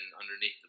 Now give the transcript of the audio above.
underneath